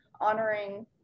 honoring